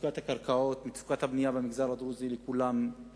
מצוקת הקרקעות, מצוקת הבנייה במגזר הדרוזי ידועה